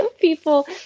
people